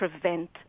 prevent